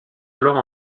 alors